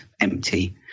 empty